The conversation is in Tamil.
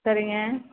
சரிங்க